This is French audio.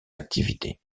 activités